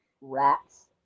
rats